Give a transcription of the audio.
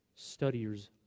studiers